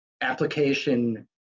application